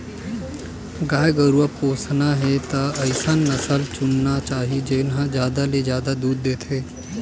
गाय गरूवा पोसना हे त अइसन नसल चुनना चाही जेन ह जादा ले जादा दूद देथे